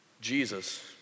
Jesus